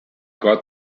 got